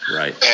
right